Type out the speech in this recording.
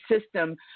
system